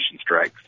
strikes